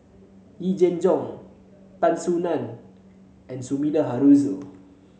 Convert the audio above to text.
Yee Jenn Jong Tan Soo Nan and Sumida Haruzo